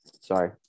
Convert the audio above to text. Sorry